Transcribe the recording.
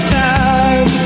time